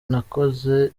nakoze